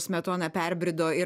smetona perbrido ir